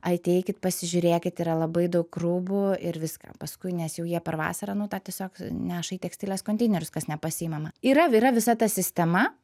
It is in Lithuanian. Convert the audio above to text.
ateikit pasižiūrėkit yra labai daug rūbų ir viską paskui nes jau jie per vasarą nu tą tiesiog neša į tekstilės konteinerius kas nepasiima yra yra visa ta sistema